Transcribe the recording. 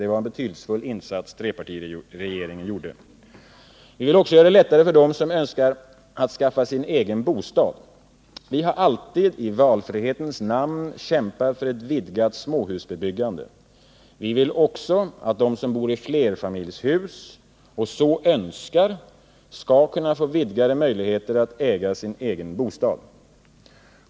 Det var en betydelsefull insats som trepartiregeringen gjorde. Vi vill också göra det lättare för dem som så önskar att skaffa sig en egen bostad. Vi har alltid i valfrihetens namn kämpat för ett vidgat småhusbyggande. Vi vill också att de som bor i flerfamiljshus och som så önskar skall få vidgade möjligheter att äga sin bostad.